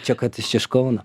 čia kad aš iš kauno